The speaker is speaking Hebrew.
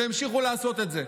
והמשיכו לעשות את זה.